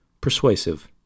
persuasive